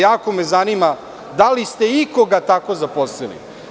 Jako me zanima da li ste ikoga tako zaposlili?